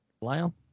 Lyle